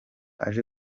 aje